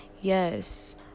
yes